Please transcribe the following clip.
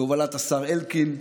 בהובלת השר אלקין,